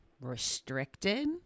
restricted